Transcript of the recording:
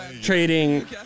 Trading